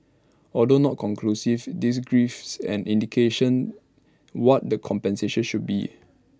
although not conclusive this grives an indication what the compensation should be